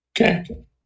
Okay